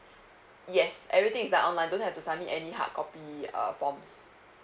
yes everything is at online don't have to submit any hardcopy uh forms